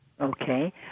Okay